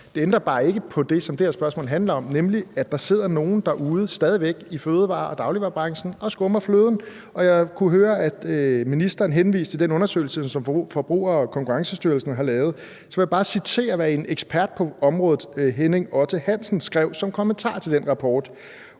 Det ændrer bare ikke på det, som det her spørgsmål handler om, nemlig at der sidder nogen derude stadig væk i fødevare- og dagligvarebranchen og skummer fløden. Jeg kunne høre, at ministeren henviste til den undersøgelse, som Konkurrence- og Forbrugerstyrelsen har lavet. Så vil jeg bare citere, hvad en ekspert på området, Henning Otte Hansen, skrev som kommentar til den rapport: